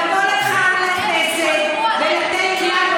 לבוא לכאן לכנסת ולתת לנו,